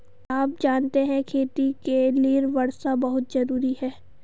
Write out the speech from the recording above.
क्या आप जानते है खेती के लिर वर्षा बहुत ज़रूरी है?